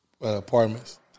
Apartments